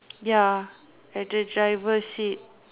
ya at the driver seat